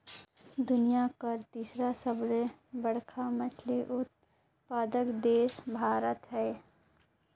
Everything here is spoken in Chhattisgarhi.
दुनिया कर तीसर सबले बड़खा मछली उत्पादक देश भारत हे